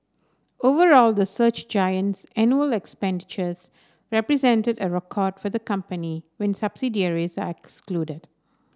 overall the search giant's annual expenditures represented a record for the company when subsidiaries are excluded